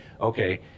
okay